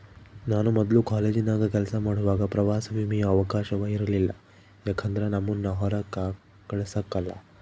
ನಾನು ಮೊದ್ಲು ಕಾಲೇಜಿನಾಗ ಕೆಲಸ ಮಾಡುವಾಗ ಪ್ರವಾಸ ವಿಮೆಯ ಅವಕಾಶವ ಇರಲಿಲ್ಲ ಯಾಕಂದ್ರ ನಮ್ಮುನ್ನ ಹೊರಾಕ ಕಳಸಕಲ್ಲ